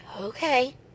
Okay